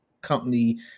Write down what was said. company